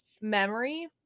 memory